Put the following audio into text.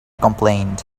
complained